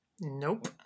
Nope